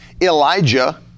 Elijah